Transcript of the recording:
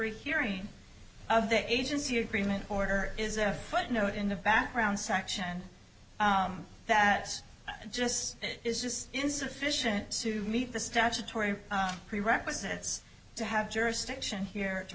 hearing of the agency agreement order is a footnote in the background section that just is just insufficient to meet the statutory prerequisites to have jurisdiction here to